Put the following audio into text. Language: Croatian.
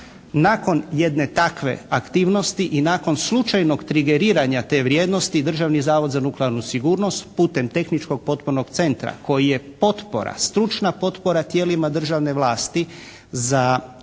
Nakon jedne takve aktivnosti nakon slučajnog trigeriranja te vrijednosti Državni zavod za nuklearnu sigurnost putem Tehničkog potpornog centra koji je potpora, stručna potpora tijelima državne vlasti za krizna stanja,